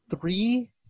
three